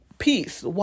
Peace